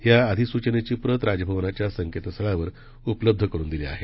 या अधिसूचनाचे प्रत राजभवनाच्या संकेतस्थळावर उपलब्ध करुन दिली आहे